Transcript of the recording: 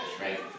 right